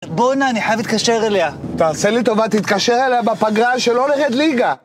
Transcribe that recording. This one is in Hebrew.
בונה, אני חייב להתקשר אליה. תעשה לי טובה, תתקשר אליה בפגרה שלא נירד ליגה.